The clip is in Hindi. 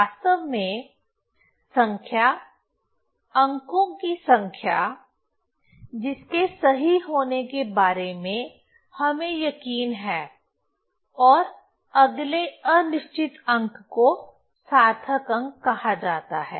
वास्तव में संख्या अंकों की संख्या जिसके सही होने के बारे में हमें यकीन है और अगले अनिश्चित अंक को सार्थक अंक कहा जाता है